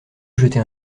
jeter